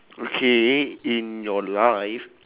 okay in your life